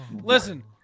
Listen